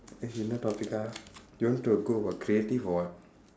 topics ah you want me to go about creative or what